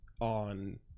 on